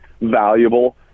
valuable